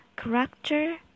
Character